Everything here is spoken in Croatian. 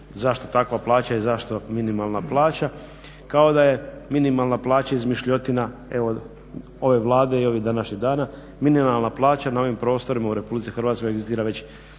zašto takva plaća i zašto minimalna plaća kao da je minimalna plaća izmišljotina evo ove Vlade i ovih današnjih dana. Minimalna plaća na ovim prostorima u RH egzistira već